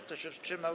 Kto się wstrzymał?